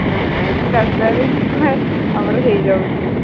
ନା ନା ଏଠି ଆଉ କାହାର କ'ଣ ଆମର ହୋଇଯାଉଛି